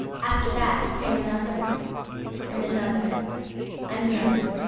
after that came another and another and another,